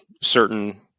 certain